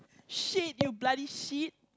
shit you bloody shit